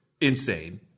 insane